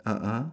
ah ah